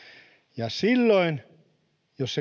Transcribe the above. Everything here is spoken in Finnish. ja silloin jos